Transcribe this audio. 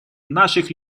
наших